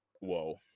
Whoa